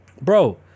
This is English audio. bro